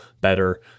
better